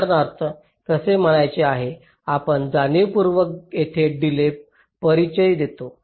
उदाहरणार्थ कसे म्हणायचे आहे आम्ही जाणीवपूर्वक येथे डिलेज परिचय देतो